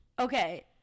Okay